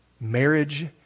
marriage